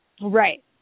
Right